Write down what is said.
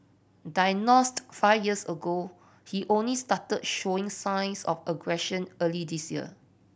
diagnosed five years ago he only started showing signs of aggression early this year